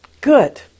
Good